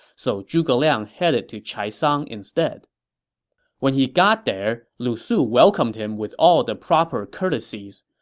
so zhuge liang headed to chaisang instead when he got there, lu su welcomed him with all the proper courtesies.